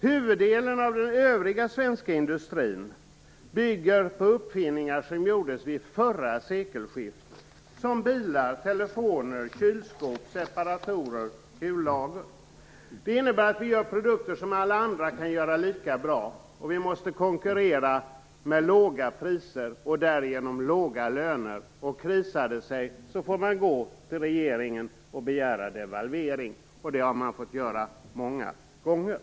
Huvuddelen av den övriga svenska industrin bygger på uppfinningar som gjordes vid förra sekelskiftet, som bilar, telefoner, kylskåp, separatorer och kullager. Det innebär att vi gör produkter som alla andra kan göra lika bra. Vi måste konkurrera med låga priser och härigenom låga löner. Blir det kris får man gå till regeringen och begära devalvering. Det har man fått göra många gånger.